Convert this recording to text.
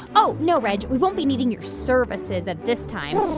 oh, no, reg. we won't be needing your services at this time.